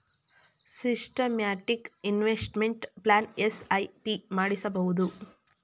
systematic investment plan SIP ಮಾಡಿಸಬಹುದು